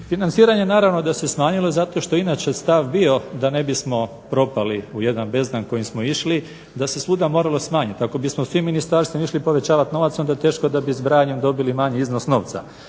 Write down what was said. Financiranje naravno da se smanjilo zato što je inače stav bio da ne bismo propali u jedan bezdan kojim smo išli da se svuda moralo smanjiti. Ako bismo u svim ministarstvima išli povećavati novac onda teško da bi zbrajanjem dobili manji iznos novca.